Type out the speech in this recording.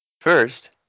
First